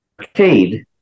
Arcade